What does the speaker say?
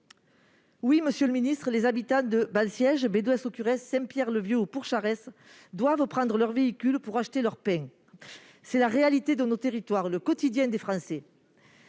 Oui, monsieur le ministre, les habitants de Balsièges, de Bédouès-Cocurès, de Saint-Pierre-le-Vieux ou de Pourcharesses doivent prendre leur véhicule pour acheter leur pain. C'est la réalité de nos territoires, le quotidien des Français